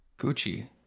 Gucci